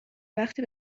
وقتی